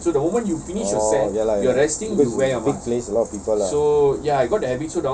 oh oh ya lah because it's big place a lot of people lah